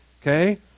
Okay